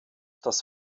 das